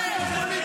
צאי אליהם.